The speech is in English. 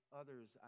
others